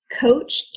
Coach